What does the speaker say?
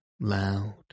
loud